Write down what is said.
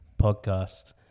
podcast